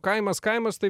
kaimas kaimas tai